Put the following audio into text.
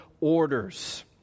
orders